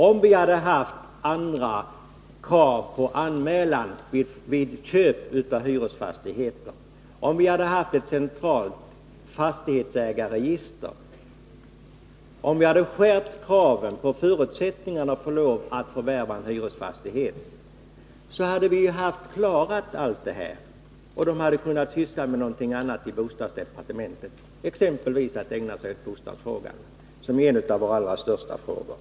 Om vi hade haft andra krav när det gäller anmälan vid köp av hyresfastigheter, om vi hade haft ett centralt fastighetsägarregister och om vi hade skärpt kraven i fråga om förutsättningarna för lov att förvärva en hyresfastighet, hade vi klarat allt det här. Bostadsdepartementet hade då kunnat syssla med något annat. Exempelvis hade man kunnat ägna sig åt bostadsfrågan som är en av våra allra största frågor.